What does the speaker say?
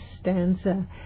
stanza